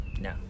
No